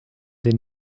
did